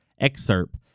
excerpt